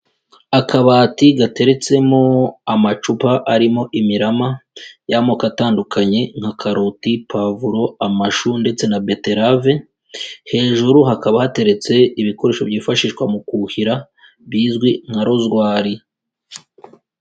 Akabati gateretsemo amacupa arimo imirama y'amoko atandukanye, nka karoti, pavuro, amashu ndetse na beterave, hejuru hakaba hateretse ibikoresho byifashishwa mu kuhira, bizwi nka roswari.